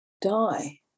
die